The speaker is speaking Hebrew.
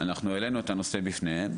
אנחנו העלינו את הנושא בפניהם,